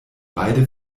beide